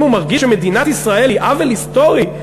אם הוא מרגיש שמדינת ישראל היא עוול היסטורי,